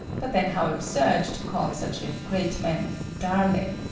but then how absurd to call such a great man darling.